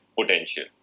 potential